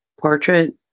portrait